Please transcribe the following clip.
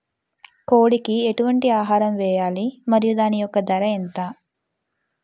కోడి కి ఎటువంటి ఆహారం వేయాలి? మరియు దాని యెక్క ధర ఎంత?